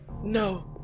no